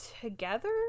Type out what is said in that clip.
together